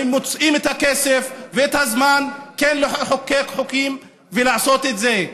מוצאים את הכסף ואת הזמן כן לחוקק חוקים ולעשות את זה.